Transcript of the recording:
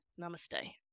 Namaste